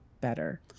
better